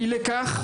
אי לכך,